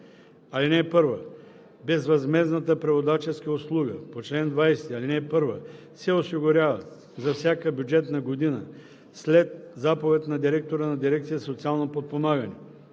21. (1) Безвъзмездната преводаческа услуга по чл. 20, ал. 1 се осигурява за всяка бюджетна година след заповед на директора на дирекция „Социално подпомагане“,